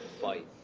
fight